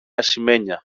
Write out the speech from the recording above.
ασημένια